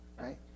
Right